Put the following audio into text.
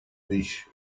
which